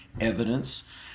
evidence